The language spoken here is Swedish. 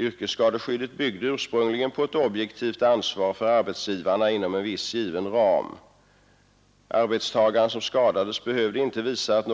Yrkesskadeskyddet byggde ursprungligen på ett objektivt ansvar för arbetsgivarna inom en viss given ram. Arbetstagare som skadades behövde inte visa att